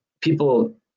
people